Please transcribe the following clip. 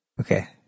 Okay